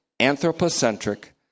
Anthropocentric